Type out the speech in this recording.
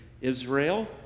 Israel